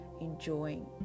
enjoying